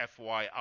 FYI